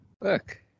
Look